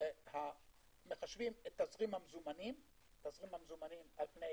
מחשבים את תזרים המזומנים על פני